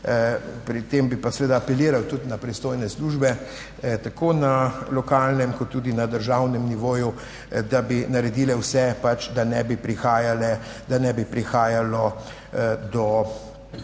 Pri tem bi pa seveda apeliral tudi na pristojne službe tako na lokalnem kot tudi na državnem nivoju, da bi naredile vse pač, da ne bi prihajale, da ne